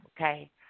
okay